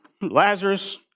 Lazarus